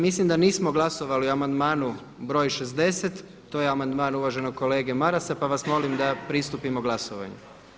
Mislim da nismo glasovali o amandmanu broj 60., to je amandman uvaženog kolege Marasa pa vas molim da pristupimo glasovanju.